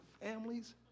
families